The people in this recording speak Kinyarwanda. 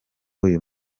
uyu